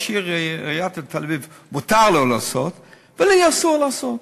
שמותר לראש עיריית תל-אביב לעשות לי אסור לעשות?